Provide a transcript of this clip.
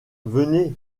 venez